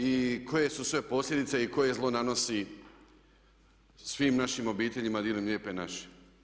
I koje su sve posljedice i koje zlo nanosi svim našim obiteljima diljem lijepe naše.